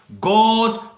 God